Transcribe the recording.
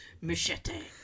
Machete